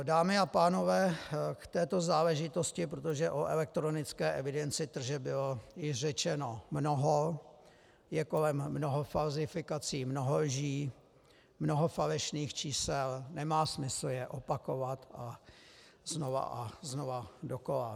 Dámy a pánové, k této záležitosti, protože o elektronické evidenci tržeb bylo již řečeno mnoho, je kolem mnoho falzifikací, mnoho lží, mnoho falešných čísel, nemá smysl je opakovat a znovu a znovu dokola.